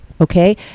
Okay